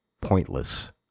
pointless